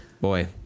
Boy